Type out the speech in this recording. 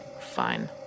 fine